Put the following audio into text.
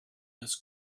this